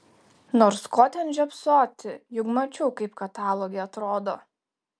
nors ko ten žiopsoti juk mačiau kaip kataloge atrodo